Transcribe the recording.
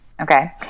Okay